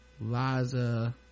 Liza